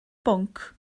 bwnc